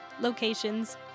locations